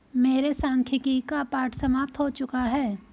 मेरे सांख्यिकी का पाठ समाप्त हो चुका है